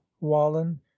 wallen